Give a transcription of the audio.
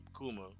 Kuma